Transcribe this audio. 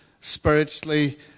spiritually